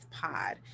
pod